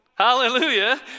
Hallelujah